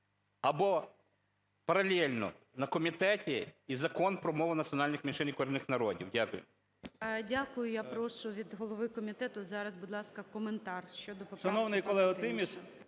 або паралельно на комітеті і Закон про мови національних меншин і корінних народів. Дякую. ГОЛОВУЮЧИЙ. Дякую. Я прошу від голови комітету зараз, будь ласка, коментар